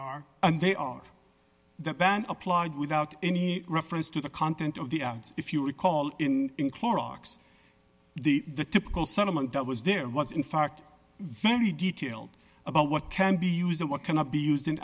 are and they are that ban applied without any reference to the content of the ads if you recall in clorox the the typical settlement that was there was in fact very detailed about what can be used and what cannot be used in